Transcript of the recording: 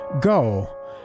go